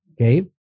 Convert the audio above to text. okay